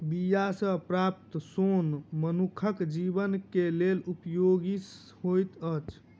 बीया सॅ प्राप्त सोन मनुखक जीवन के लेल उपयोगी होइत अछि